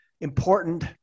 important